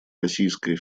российская